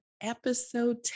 episode